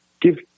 give